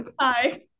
Hi